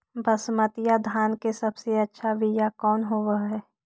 बसमतिया धान के सबसे अच्छा बीया कौन हौब हैं?